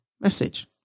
message